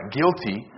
guilty